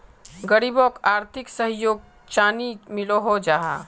गरीबोक आर्थिक सहयोग चानी मिलोहो जाहा?